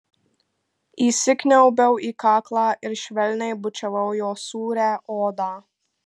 įsikniaubiau į kaklą ir švelniai bučiavau jo sūrią odą